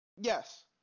Yes